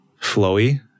flowy